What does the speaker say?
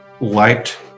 liked